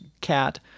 cat